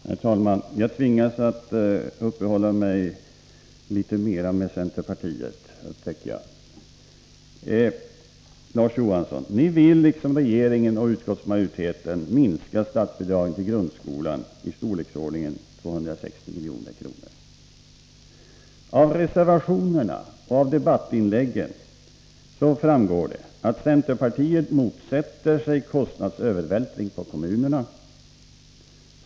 Herr talman! Jag tvingas uppehålla mig litet mer vid centerpartiet, upptäcker jag. Ni vill, Larz Johansson, liksom regeringen och utskottsmajoriteten minska statsbidraget till grundskolan med ett belopp i storleken 260 milj.kr. Av reservationerna och av debattinläggen framgår att centerpartiet motsätter sig kostnadsövervältringar på kommunerna.